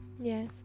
Yes